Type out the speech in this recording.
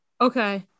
okay